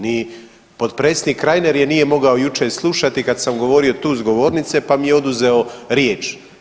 Ni potpredsjednik Reiner je nije mogao jučer slušati kad sam govorio tu s govornice, pa mi je oduzeo riječ.